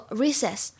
recess